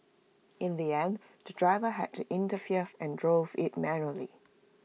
in the end the driver had to intervene and drove IT manually